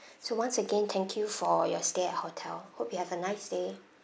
so once again thank you for your stay at hotel hope you have a nice day